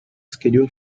schedule